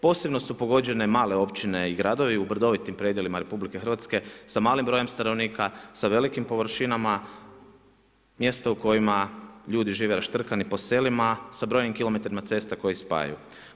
Posebno su pogođene male općine i gradovi u brdovitim predjelima RH, sa malim brojem stanovnika, sa velikim površinama, mjestima u kojima ljudi žive raštrkani po selima, sa brojnim kilometrima ceste koje ih spajaju.